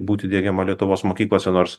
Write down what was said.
būti diegiama lietuvos mokyklose nors